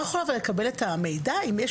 אתה לא יכול לקבל את המידע אם יש